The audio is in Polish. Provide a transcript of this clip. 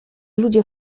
ludzie